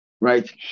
right